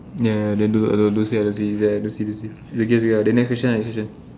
ya then don't say don't say is like don't say don't say it's okay lah the next question next question